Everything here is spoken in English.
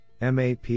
MAP